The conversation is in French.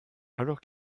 alors